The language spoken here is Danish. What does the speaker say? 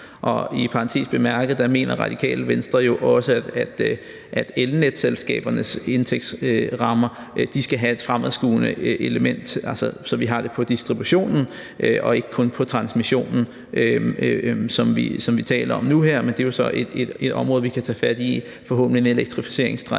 Og i parentes bemærket mener Radikale Venstre jo også, at elnetselskabernes indtægtsrammer skal have et fremadskuende element, så vi har det på distributionen og ikke kun på transmissionen, som vi taler om nu her, men det er jo så et område, vi kan tage fat i – forhåbentlig med en elektrificeringsstrategi,